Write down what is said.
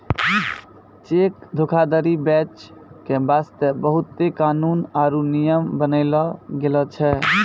cheque धोखाधरी बचै के बास्ते बहुते कानून आरु नियम बनैलो गेलो छै